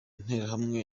nterahamwe